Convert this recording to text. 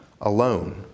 alone